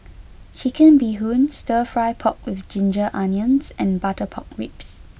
Chicken Bee Hoon Stir Fry Pork with Ginger Onions and Butter Pork Ribs